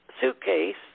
suitcase